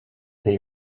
they